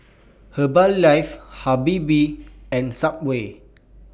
Herbalife Habibie and Subway